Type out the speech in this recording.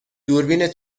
دوربین